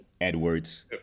Edwards